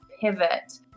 pivot